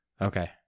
okay